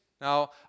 Now